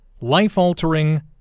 life-altering